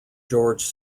george